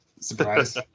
surprise